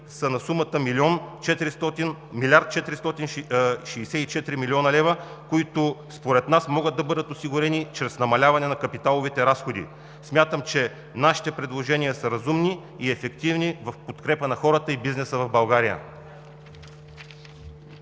са на сумата милиард 464 млн. лв., които според нас могат да бъдат осигурени чрез намаляване на капиталовите разходи. Смятам, че нашите предложения са разумни и ефективни и са в подкрепа на хората и бизнеса в България.